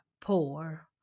poor